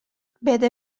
بده